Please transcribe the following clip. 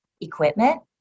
equipment